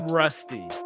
rusty